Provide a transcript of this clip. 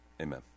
amen